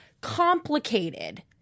complicated